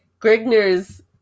Grigner's